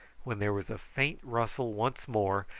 when there was a faint rustle once more,